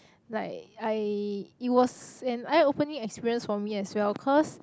like I it was an eye opening experience for me as well cause